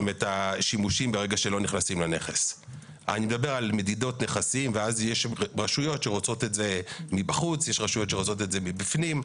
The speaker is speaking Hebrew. אנחנו מדברים על דברים שבתחום הרשות עצמה שנוגדים את העניינים,